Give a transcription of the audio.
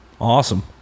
awesome